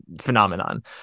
phenomenon